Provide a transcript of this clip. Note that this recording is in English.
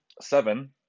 seven